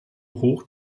hoch